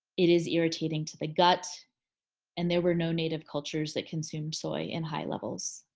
it is irritating to the gut and there were no native cultures that consumed soy in high levels.